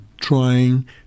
Trying